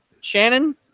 Shannon